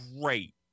great